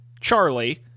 Charlie